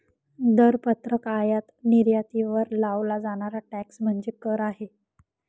दरपत्रक आयात निर्यातीवर लावला जाणारा टॅक्स म्हणजे कर आहे